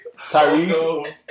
Tyrese